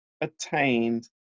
attained